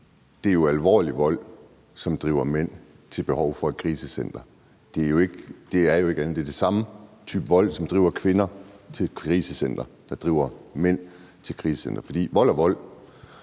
det er jo alvorlig vold, som driver mænd til at have behov for et krisecenter. Det er den samme type vold, som driver kvinder til et krisecenter, og som driver mænd til et krisecenter, for vold er vold.